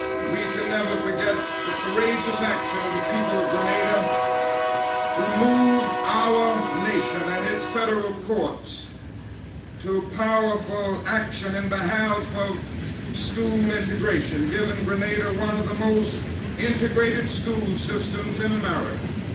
we can never forget the courageous action of the people of grenada who moved our nation and its federal courts to powerful action in behalf of school integration, giving grenada one of the most integrated school systems in america.